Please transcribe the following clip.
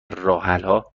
راهحلها